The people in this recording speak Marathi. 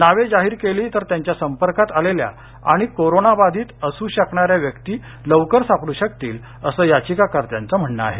नावे जाहीर केली तर त्यांच्या संपर्कात आलेल्या आणि कोरोनाबाधित असू शकणाऱ्या व्यक्ती लवकर सापडू शकतील असं याचिकाकर्त्याचं म्हणणं आहे